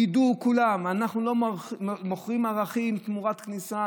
ידעו כולם: אנחנו לא מוכרים ערכים תמורת כניסה